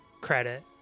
credit